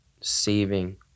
saving